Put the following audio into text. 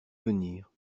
venir